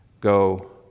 go